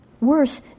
Worse